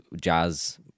Jazz